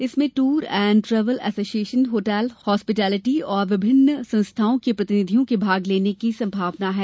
इसमें tour and travel association hotel hospitality और विभिन्न संस्थाओं के प्रतिनिधियों के भाग लेने की संभावना है